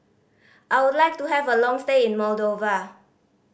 I would like to have a long stay in Moldova